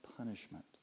punishment